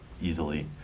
easily